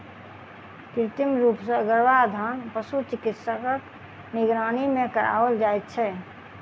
कृत्रिम रूप सॅ गर्भाधान पशु चिकित्सकक निगरानी मे कराओल जाइत छै